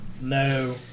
No